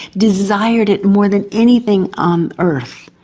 desired it more than anything on earth.